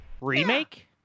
Remake